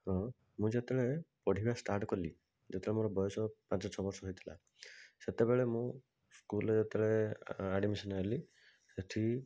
ହୁଁ ମୁଁ ଯେତେବେଳେ ପଢ଼ିବା ଷ୍ଟାର୍ଟ୍ କଲି ଯେତେବେଳେ ମୋର ବୟସ ପାଞ୍ଚ ଛଅବର୍ଷ ହେଇଥିଲା ସେତେବେଳେ ମୁଁ ସ୍କୁଲ୍ରେ ଯେତେବେଳେ ଆଡ଼ମିଶନ୍ ହେଲି ସେଠି